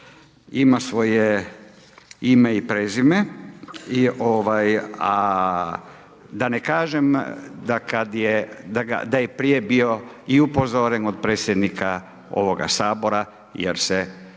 ima svoje ime i prezime i ovaj a da ne kažem da kad je da je prije bio i upozoren od predsjednika ovoga sabora jer se